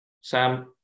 Sam